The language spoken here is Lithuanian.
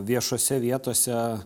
viešose vietose